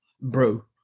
bro